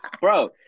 Bro